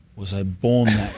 was i born